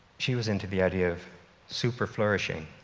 she was into the idea of super-flourishing,